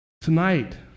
Tonight